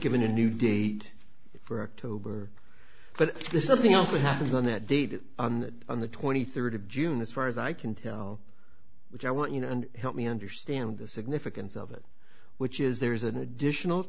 given a new date for tobar but there's something else that happens on that date on the twenty third of june as far as i can tell which i want you know and help me understand the significance of it which is there is an additional